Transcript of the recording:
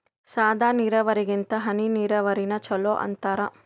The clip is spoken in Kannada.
ಸಾದ ನೀರಾವರಿಗಿಂತ ಹನಿ ನೀರಾವರಿನ ಚಲೋ ಅಂತಾರ